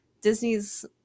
disney's